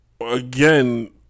again